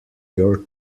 your